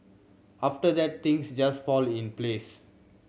after that things just fell in place